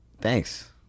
thanks